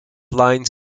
lines